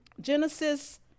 Genesis